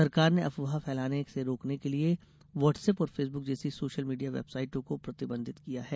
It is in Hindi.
सरकार ने अफवाह फैलने से रोकने के लिए व्हाट्सऐप और फेसबुक जैसी सोशल मीडिया वेबसाईटों को प्रतिबंधित किया है